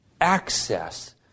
access